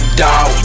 dog